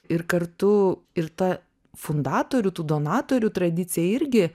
ir kartu ir ta fundatorių tų donatorių tradicija irgi